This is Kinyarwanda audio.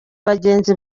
bagenzi